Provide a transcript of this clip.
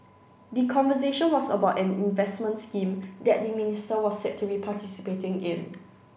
the conversation was about an investment scheme that the minister was said to be participating in